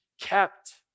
kept